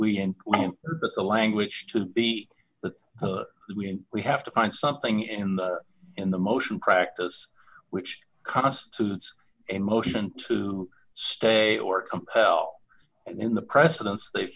we in the language to be that we have to find something in the in the motion practice which constitutes a motion to stay or compel in the precedence they